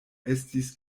estis